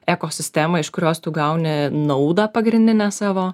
ekosistemai iš kurios tu gauni naudą pagrindinę savo